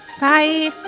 Bye